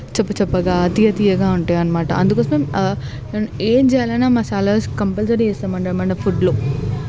చప్ప చప్పగా తీయ తీయగా ఉంటుందన్నమాట అందుకోసం ఏం చేయాలన్నా మసాలాస్ కంపల్సరీ వేస్తామండి మన ఫుడ్లో